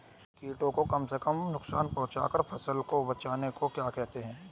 कीटों को कम से कम नुकसान पहुंचा कर फसल को बचाने को क्या कहते हैं?